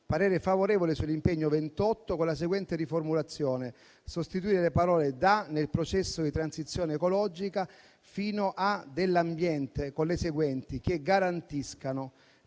«propri confini»; sull'impegno n. 28, con la seguente riformulazione: sostituire le parole da «nel processo di transizione ecologica» fino a «dell'ambiente» con le seguenti: «che garantiscano»;